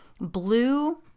blue